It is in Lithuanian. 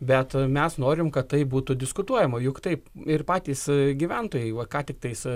bet mes norim kad tai būtų diskutuojama juk taip ir patys gyventojai va ką tiktais